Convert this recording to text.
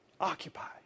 Occupy